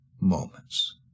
moments